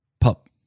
Pup